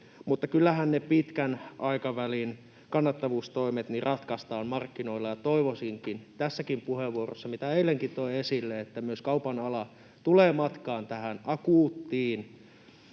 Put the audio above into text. kyllähän ne pitkän aikavälin kannattavuustoimet ratkaistaan markkinoilla. Toivoisinkin — tässäkin puheenvuorossa, kuten eilenkin toin esille — että myös kaupan ala tulee matkaan tähän akuuttiin